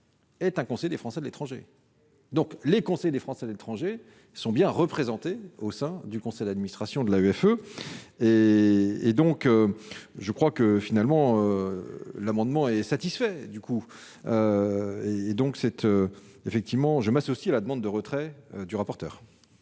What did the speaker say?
être un conseil des Français de l'étranger, donc les conseils des Français de l'étranger sont bien représentés au sein du conseil d'administration de la greffe et et donc je crois que, finalement, l'amendement est satisfait du coup et donc cette effectivement je m'associe à la demande de retrait du rapporteur.